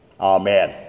Amen